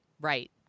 Right